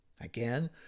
Again